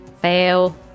fail